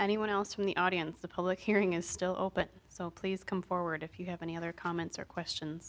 anyone else from the audience the public hearing is still open so please come forward if you have any other comments or questions